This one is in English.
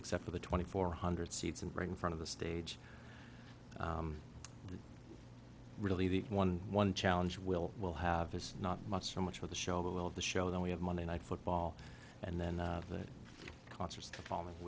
except for the twenty four hundred seats and bring in front of the stage really the one one challenge will will have is not much so much for the show but will of the show then we have monday night football and then the concerts